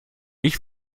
ich